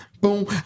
boom